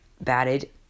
batted